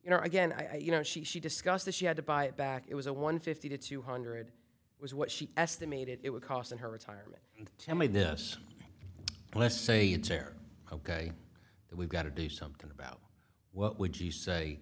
you know again i you know she she discussed that she had to buy it back it was a one fifty to two hundred was what she estimated it would cost in her retirement to me this let's say you tear ok we've got to do something about what would you say